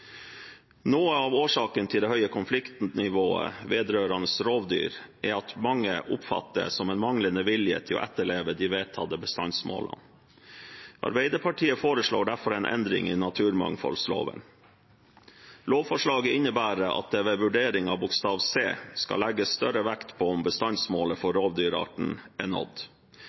Noe av årsaken til det høye konfliktnivået vedrørende rovdyr er at mange oppfatter at det er en manglende vilje til å etterleve de vedtatte bestandsmålene. Arbeiderpartiet foreslår derfor en endring i naturmangfoldloven. Lovforslaget innebærer at det ved vurdering av bokstav c skal legges større vekt på om bestandsmålet for rovdyrarten er nådd.